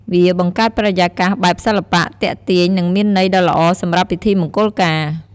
វាបង្កើតបរិយាកាសបែបសិល្បៈ ទាក់ទាញ និងមានន័យដ៌ល្អសម្រាប់ពិធីមង្គលការ។